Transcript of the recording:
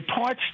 parts